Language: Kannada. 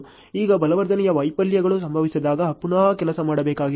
ಈಗ ಬಲವರ್ಧನೆಯ ವೈಫಲ್ಯಗಳು ಸಂಭವಿಸಿದಾಗ ಪುನಃ ಕೆಲಸ ಮಾಡಬೇಕಾಗಿದೆ